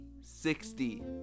sixty